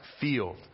field